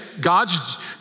God's